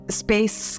space